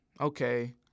okay